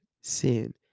sin